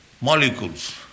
Molecules